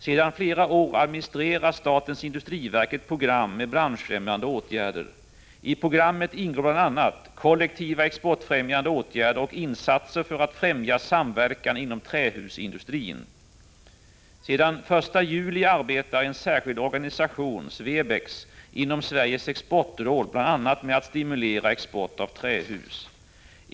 Sedan flera år tillbaka administrerar statens industriverk ett program med branschfrämjande åtgärder. I programmet ingår bl.a. kollektiva exportfrämjande åtgärder och insatser för att främja samverkan inom trähusindustrin. Sedan den 1 juli arbetar en särskild organisation, SVEBEX, inom Sveriges exportråd bl.a. med att stimulera export av trähus.